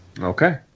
Okay